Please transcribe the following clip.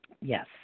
Yes